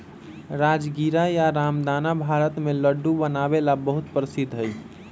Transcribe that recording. राजगीरा या रामदाना भारत में लड्डू बनावे ला बहुत प्रसिद्ध हई